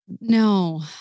No